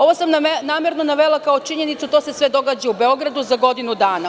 Ovo sam namerno navela kao činjenicu, to se sve događa u Beogradu za godinu dana.